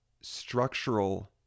structural